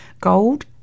gold